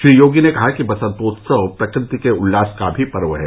श्री योगी ने कहा कि वसन्तोत्सव प्रकृति के उल्लास का भी पर्व है